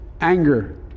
anger